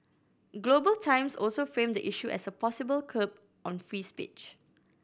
Global Times also framed the issue as a possible curb on free speech